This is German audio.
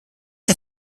der